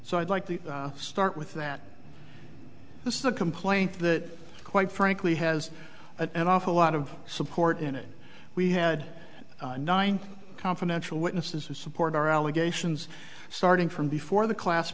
so i'd like to start with that this is the complaint that quite frankly has an awful lot of support in it we had nine confidential witnesses to support our allegations starting from before the class